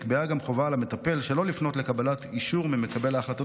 נקבעה גם חובה על המטפל שלא לפנות לקבלת אישור ממקבל ההחלטות